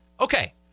Okay